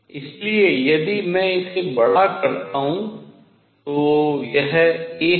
इसलिए यदि मैं इसे बड़ा करता हूँ तो यह a है